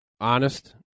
honest